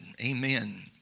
amen